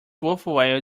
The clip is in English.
worthwhile